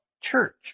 church